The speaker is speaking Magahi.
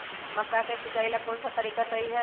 मक्का के सिचाई ला कौन सा तरीका सही है?